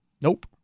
Nope